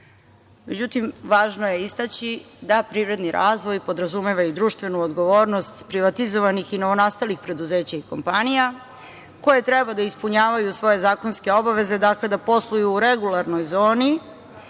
Međutim, važno je istaći da privredni razvoj podrazumeva i društvenu odgovornost privatizovanih i novonastalih preduzeća i kompanija koje treba da ispunjavaju svoje zakonske obaveze, dakle, da posluju u regularnoj zoni